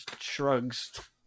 Shrugs